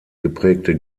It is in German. geprägte